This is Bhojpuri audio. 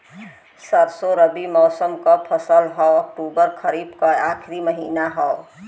सरसो रबी मौसम क फसल हव अक्टूबर खरीफ क आखिर महीना हव